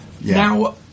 Now